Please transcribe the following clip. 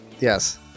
Yes